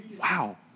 Wow